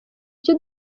icyo